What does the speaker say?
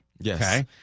Yes